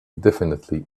definitively